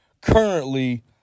currently